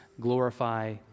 glorify